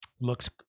looks